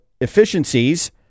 efficiencies